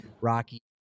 Rocky